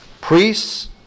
priests